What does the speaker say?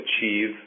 achieve